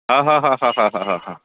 हा हा हा हा हा